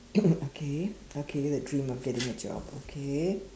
okay okay the dream of getting a job okay